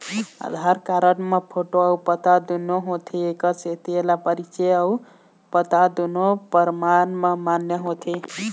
आधार card म photo अउ पता दुनो होथे एखर सेती एला परिचय अउ पता दुनो परमान म मान्य होथे